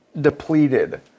depleted